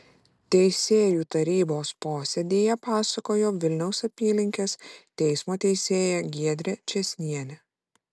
teisėjų tarybos posėdyje pasakojo vilniaus apylinkės teismo teisėja giedrė čėsnienė